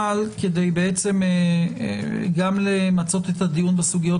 אבל גם כדי למצות את הדיון בסוגיות